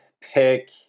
pick